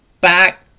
back